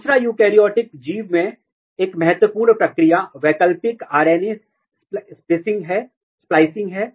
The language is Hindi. दूसरा यूकेरियोटिक जीव में एक महत्वपूर्ण प्रक्रिया वैकल्पिक आरएनए स्प्लिसिंग है